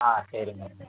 ஆ சரிங்க